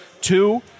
Two